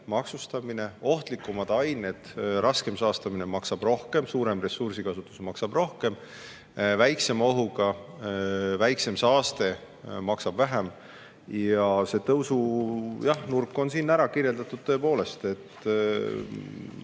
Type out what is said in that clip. maksustamine. Ohtlikumad ained ja raskem saastamine maksab rohkem, suurem ressursikasutus maksab rohkem, väiksema ohuga väiksem saaste maksab vähem. See tõusunurk on siin ära kirjeldatud tõepoolest. Ma